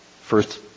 First